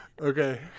Okay